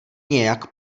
nějak